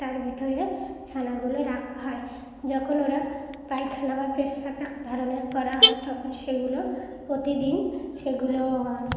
তার ভিতরে ছানাগুলো রাখা হয় যখন ওরা পায়খানা বা পেচ্ছাপ এক ধরনের করা হয় তখন সেগুলো প্রতিদিন সেগুলো